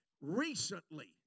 recently